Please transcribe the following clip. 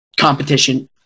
competition